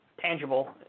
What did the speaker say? tangible